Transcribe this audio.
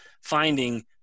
finding